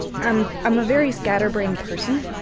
i'm i'm a very scatterbrained person,